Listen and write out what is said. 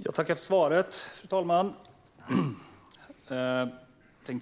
Fru talman! Jag tackar ministern